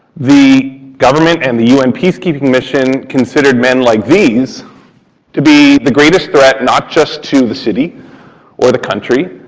the government and the un peacekeeping mission considered men like these to be the greatest threat not just to the city or the country,